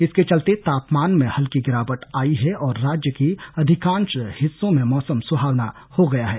इसके चलते तापमान में हल्की गिरावट आई है और राज्य के अधिकांश हिस्सों में मौसम सुहावना हो गया है